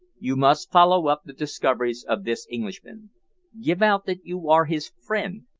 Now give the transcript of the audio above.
you must follow up the discoveries of this englishman give out that you are his friend,